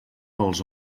els